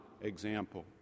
example